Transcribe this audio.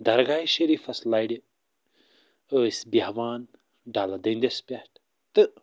درگاہہِ شریٖفَس لَرِ ٲسۍ بیٚہوان ڈَلہٕ دٔنٛدِس پٮ۪ٹھ تہٕ